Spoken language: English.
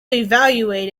evaluate